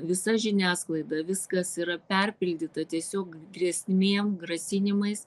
visa žiniasklaida viskas yra perpildyta tiesiog grėsmėm grasinimais